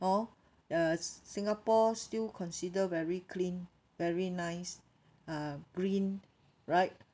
hor uh s~ singapore still consider very clean very nice uh green right